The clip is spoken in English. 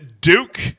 Duke